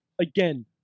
again